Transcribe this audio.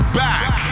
back